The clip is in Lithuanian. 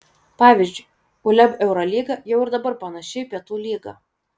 pavyzdžiui uleb eurolyga jau ir dabar panaši į pietų lygą